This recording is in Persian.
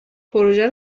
پروژه